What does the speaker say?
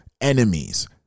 enemies